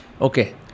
Okay